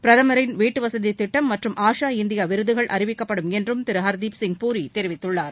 பிரதமரின் வீட்டு வசதி திட்டம் மற்றும் ஆஷா இந்தியா விருதுகள் அறிவிக்கப்படும் என்றும் திரு ஹர்தீப் சிங் பூரி தெரிவித்துள்ளார்